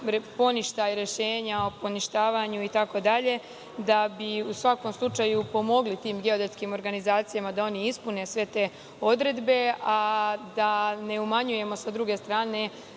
poništaj rešenja o poništavanju itd, da bi u svakom slučaju pomogli tim geodetskim organizacijama da oni ispune sve te odredbe, a da ne umanjujemo sa druge strane